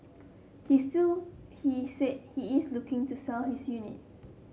he still he said he is looking to sell his unit